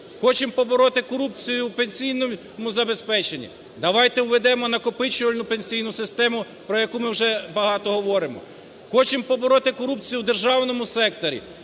Хочемо побороти корупцію у пенсійному забезпеченні – давайте введемо накопичувальну пенсійну систему, про яку ми вже багато говоримо. Хочемо побороти корупцію в державному секторі